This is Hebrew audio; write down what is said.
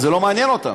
אז זה לא מעניין אותם.